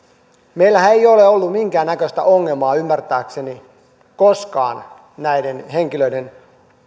meillähän ei ole ollut minkään näköistä ongelmaa ymmärtääkseni koskaan näiden henkilöiden